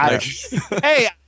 Hey